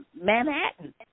Manhattan